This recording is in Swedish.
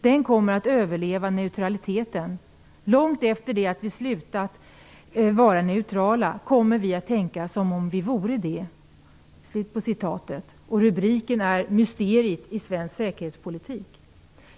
Den kommer att överleva neutraliteten. Långt efter det att vi slutat vara neutrala kommer vi att tänka som om vi vore det." Rubriken är Mysteriet i svensk säkerhetspolitik.